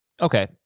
Okay